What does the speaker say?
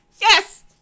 Yes